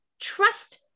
trust